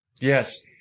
Yes